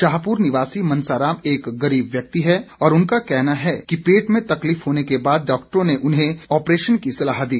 शाहपुर निवासी मनसाराम एक गरीब व्यक्ति है और उनका का कहना है कि पेट में तकलीफ होने के बाद डॉक्टरों ने उन्हें ऑपरेशन की सलाह दी